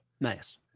Nice